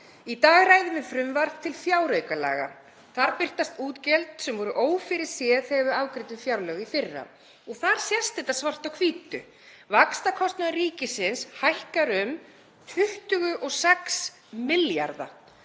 Í dag ræðum við frumvarp til fjáraukalaga. Þar birtast útgjöld sem voru ófyrirséð þegar við afgreiddum fjárlög í fyrra og þar sést þetta svart á hvítu. Vaxtakostnaður ríkisins hækkar um 26 milljarða,